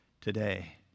today